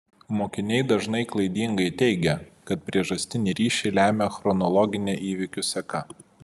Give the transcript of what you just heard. mokiniai dažnai klaidingai teigia kad priežastinį ryšį lemia chronologinė įvykių seka